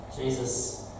Jesus